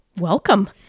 welcome